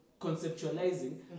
conceptualizing